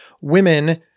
women